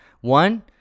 one